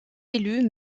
élu